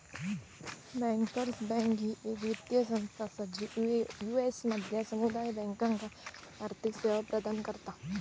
bankers bank ही येक वित्तीय संस्था असा जी यू.एस मधल्या समुदाय बँकांका आर्थिक सेवा प्रदान करता